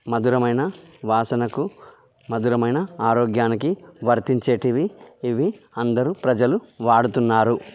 మధురమైన వాసనకు మధురమైన ఆరోగ్యానికి వర్తించేటివి ఇవి అందరు ప్రజలు వాడుతున్నారు